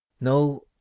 No